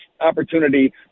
opportunity